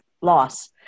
loss